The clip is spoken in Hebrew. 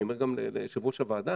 אני גם אומר ליושב ראש הוועדה,